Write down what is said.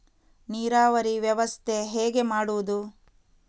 ನೀರಾವರಿ ವ್ಯವಸ್ಥೆ ಹೇಗೆ ಮಾಡುವುದು?